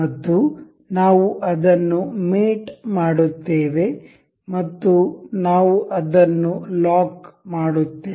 ಮತ್ತು ನಾವು ಅದನ್ನು ಮೇಟ್ ಮಾಡುತ್ತೇವೆ ಮತ್ತು ನಾವು ಅದನ್ನು ಲಾಕ್ ಮಾಡುತ್ತೇವೆ